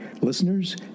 listeners